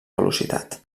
velocitat